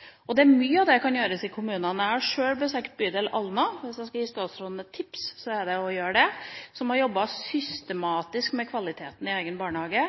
områder. Det er mye av dette som kan gjøres i kommunene. Jeg har sjøl besøkt bydelen Alna – og hvis jeg skal gi statsråden et tips, er det at hun også gjør det. Der har man jobbet systematisk med kvaliteten i barnehagene,